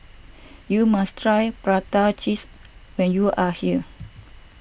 you must try Prata Cheese when you are here